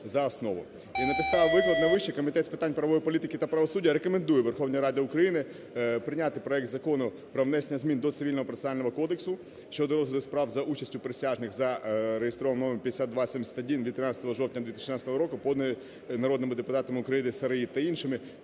на підставі викладеного вище Комітет з питань правової політики та правосуддя рекомендує Верховній Раді України прийняти проект Закону про внесення змін до Цивільного процесуального кодексу (щодо розгляду справ за участю присяжних) (за реєстровим номером 5271, від 13 жовтня 2016 року), поданий народними депутатами України Сироїд та іншими